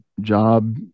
job